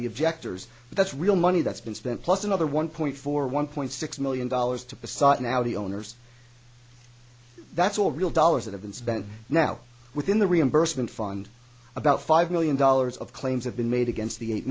objectors that's real money that's been spent plus another one point four one point six million dollars to poseidon out the owners that's all real dollars that have been spent now within the reimbursement fund about five million dollars of claims have been made against the eight